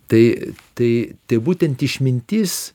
tai tai tai būtent išmintis